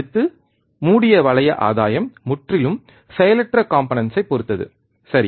அடுத்து மூடிய வளைய ஆதாயம் முற்றிலும் செயலற்ற காம்பனன்ட்ஸ் ஐ பொறுத்தது சரி